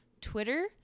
Twitter